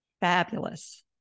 Fabulous